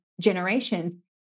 generation